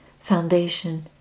foundation